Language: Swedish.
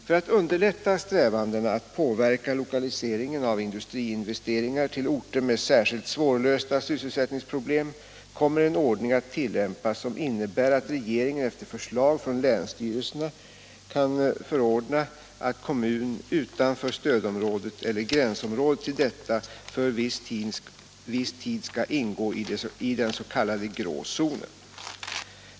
För att underlätta strävandena att påverka lokaliseringen av industriinvesteringar till orter med särskilt svårlösta sysselsättningsproblem kommer en ordning att tillämpas som innebär att regeringen efter förslag från länsstyrelsen kan förordna att kommun utanför stödområdet eller gränsområdet till detta för viss tid skall ingå i den s.k. grå zonen.